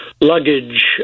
luggage